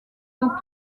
dans